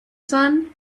sun